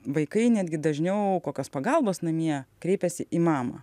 vaikai netgi dažniau kokios pagalbos namie kreipiasi į mamą